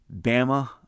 Bama